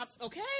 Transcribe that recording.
Okay